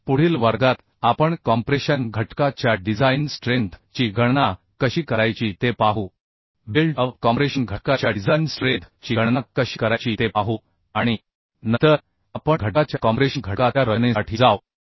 तर पुढील वर्गात आपण कॉम्प्रेशन घटका च्या डिझाइन स्ट्रेंथ ची गणना कशी करायची ते पाहूबिल्ट अप कॉम्प्रेशन घटका च्या डिझाइन स्ट्रेंथ ची गणना कशी करायची ते पाहू आणि नंतर आपण घटकाच्या कॉम्प्रेशन घटका च्या रचनेसाठी जाऊ